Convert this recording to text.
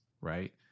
right